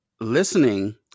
listening